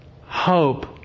Hope